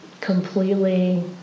completely